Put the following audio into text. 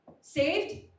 saved